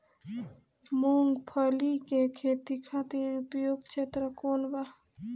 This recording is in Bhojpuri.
मूँगफली के खेती खातिर उपयुक्त क्षेत्र कौन वा?